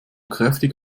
kräftig